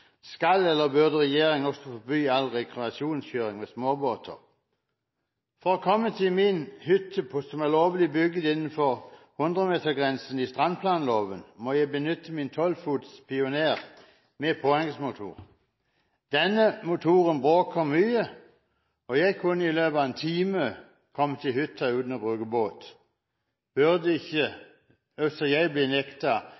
Skal eller burde regjeringen også forby all rekreasjonskjøring med småbåter? For å komme til min hytte som er lovlig bygget innenfor 100-metersgrensen til strandplanloven, må jeg benytte min 12 fots Pioner med påhengsmotor. Denne motoren bråker mye, og jeg kunne i løpet av en time kommet til hytta uten å bruke båt. Burde